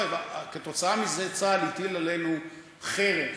כתוצאה מזה צה"ל הטיל עלינו חרם